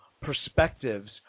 perspectives